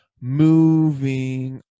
Moving